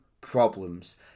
problems